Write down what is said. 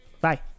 Bye